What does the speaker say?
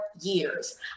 years